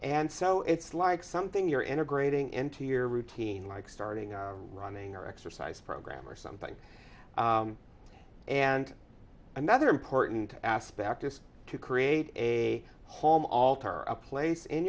and so it's like something you're integrating into your routine like starting a running or exercise program or something and another important aspect is to create a home altar a place in